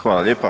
Hvala lijepa.